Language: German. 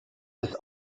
ist